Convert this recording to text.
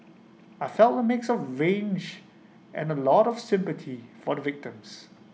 I felt A mix of rage and A lot of sympathy for the victims